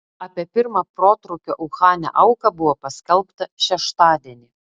apie pirmą protrūkio uhane auką buvo paskelbta šeštadienį